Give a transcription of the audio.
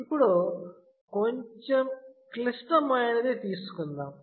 ఇప్పుడు కొంచెం క్లిష్టమైనది తీసుకుందాం